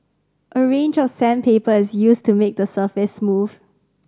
a range of sandpaper is used to make the surface smooth